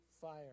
fire